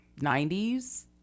90s